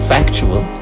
Factual